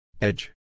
Edge